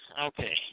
Okay